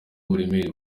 uburemere